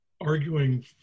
arguing